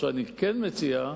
אני כן מציע,